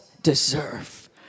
deserve